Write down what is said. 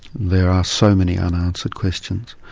there are so many unanswered questions,